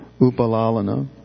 Upalalana